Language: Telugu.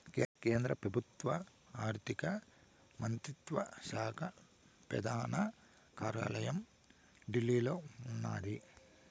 కేంద్ర పెబుత్వ ఆర్థిక మంత్రిత్వ శాక పెదాన కార్యాలయం ఢిల్లీలో ఉన్నాది